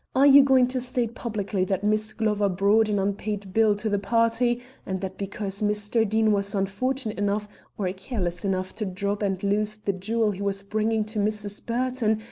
are you going to state publicly that miss glover brought an unpaid bill to the party and that because mr. deane was unfortunate enough or careless enough to drop and lose the jewel he was bringing to mrs. burton,